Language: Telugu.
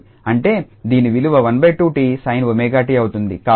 అంటే దీని విలువ 12𝑡sin𝜔𝑡 అవుతుంది